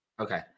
Okay